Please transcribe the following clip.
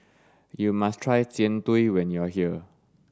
you must try jian dui when you are here